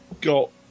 got